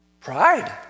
Pride